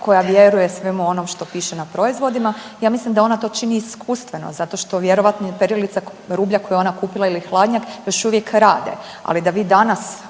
koja vjeruje svemu onom što piše na proizvoda. Ja mislim da ona to čini iskustveno zato što vjerojatno perilica rublja koju je ona kupila ili hladnjak još uvijek rade, ali da vi danas